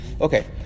Okay